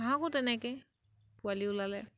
হাঁহকো তেনেকৈ পোৱালি ওলালে